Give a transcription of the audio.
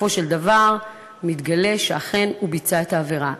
בסופו של דבר מתגלה שאכן הוא ביצע את העבירה,